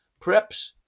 Preps